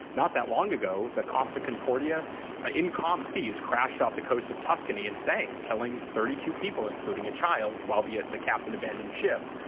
not that long ago, the costa concordia ah in calm seas crashed off the coast of tuscany and sank, killing thirty two people, including a child while being ah the captain abandoned ship.